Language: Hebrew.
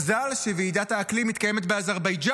מזל שוועידת האקלים מתקיימת באזרבייג'ן,